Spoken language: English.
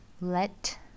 let